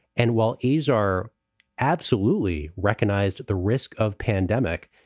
and while these are absolutely recognized, the risk of pandemic,